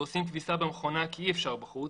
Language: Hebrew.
ומייבשים כביסה במכונה כי אי אפשר בחוץ,